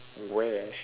where